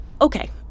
okay